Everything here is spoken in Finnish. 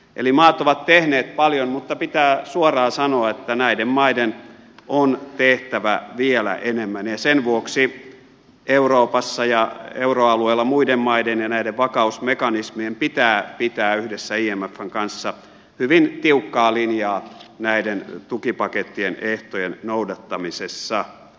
eli maat ovat tehneet paljon mutta pitää suoraan sanoa että näiden maiden on tehtävä vielä enemmän ja sen vuoksi euroopassa ja euroalueella muiden maiden ja näiden vakausmekanismien pitää pitää yhdessä imfn kanssa hyvin tiukkaa linjaa näiden tukipakettien ehtojen noudattamisessa